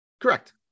Correct